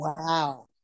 Wow